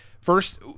First